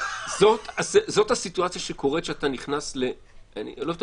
זאת הסיטואציה שקורית כשאתה נכנס אני לא אוהב את